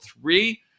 three